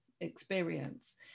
experience